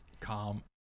calm